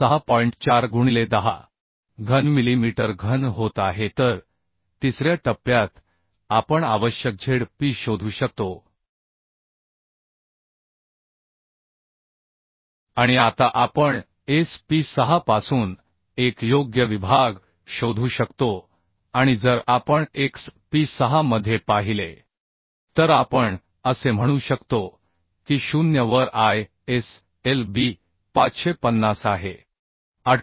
4 गुणिले 10 घन मिलीमीटर घन होत आहे तर तिसऱ्या टप्प्यात आपण आवश्यक z p शोधू शकतो आणि आता आपण s p 6 पासून एक योग्य विभाग शोधू शकतो आणि जर आपण x p 6 मध्ये पाहिले तर आपण असे म्हणू शकतो की 0 वर I s L b 550 आहे 0